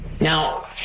Now